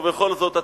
ובכל זאת,